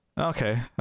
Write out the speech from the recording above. okay